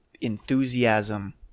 enthusiasm